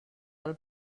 del